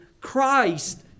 Christ